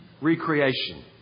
Recreation